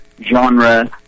genre